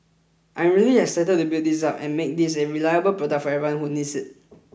I'm really excited to build this up and make this a reliable product for everyone who needs it